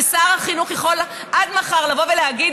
ושר החינוך יכול עד מחר לבוא ולהגיד,